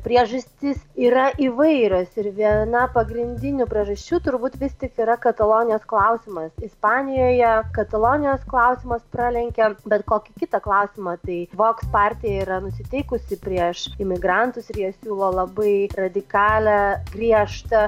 priežastys yra įvairios ir viena pagrindinių priežasčių turbūt vis tik yra katalonijos klausimas ispanijoje katalonijos klausimas pralenkia bet kokį kitą klausimą tai voks partija yra nusiteikusi prieš imigrantus ir jie siūlo labai radikalią griežtą